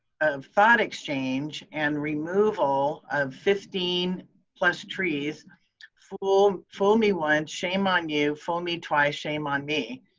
of thought exchange and removal of fifteen plus trees fool fool me once, shame on you, fool me twice, shame on me.